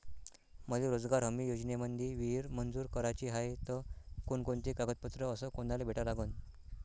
मले रोजगार हमी योजनेमंदी विहीर मंजूर कराची हाये त कोनकोनते कागदपत्र अस कोनाले भेटा लागन?